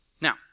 Now